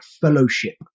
fellowship